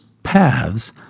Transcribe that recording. paths